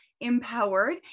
empowered